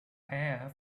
hair